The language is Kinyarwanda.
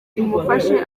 imufashe